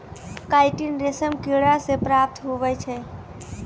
chitin रेशम किड़ा से प्राप्त हुवै छै